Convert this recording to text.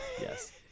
yes